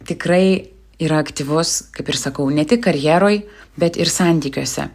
tikrai yra aktyvus kaip ir sakau ne tik karjeroj bet ir santykiuose